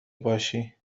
باشی